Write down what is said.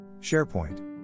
SharePoint